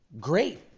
Great